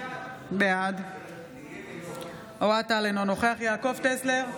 בעד אוהד טל, אינו נוכח יעקב טסלר,